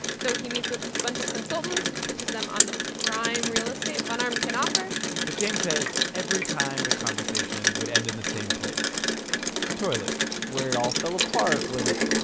so he meets with a bunch of consultants, pitches them on the prime real estate von ormy can offer but james says every time, the conversation would end in the same place the toilet where it all fell apart was,